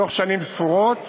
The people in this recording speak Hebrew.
בתוך שנים ספורות